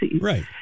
Right